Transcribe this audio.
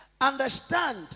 understand